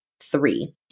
three